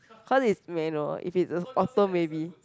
cause it's manual if it's auto maybe